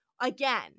again